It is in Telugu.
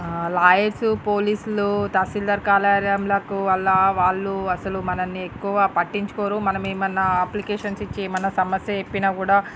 లాయర్స్ పోలీసులు తాసిల్దార్ కార్యాలయంలకు అలా వాళ్ళు అసలు మనల్ని పట్టించుకోరు మనం ఏమైనా అప్లికేషన్స్ ఇచ్చి ఏమైన సమస్య చెప్పిన కూడా